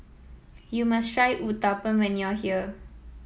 you must try Uthapam when you are here